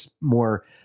more